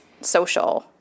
social